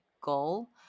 goal